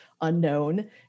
unknown